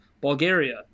Bulgaria